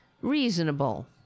reasonable